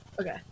Okay